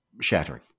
shattering